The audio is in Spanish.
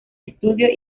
estudio